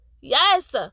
Yes